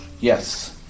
Yes